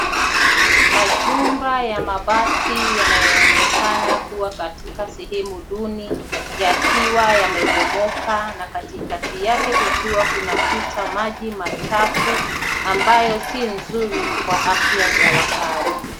Majumba ya mabati yanayoonekana kuwa katika sehemu duni yakiwa yamebomoka na katikati yake kukiwa kunapita maji machafu ambayo si nzuri kwa afya ya wakaaji.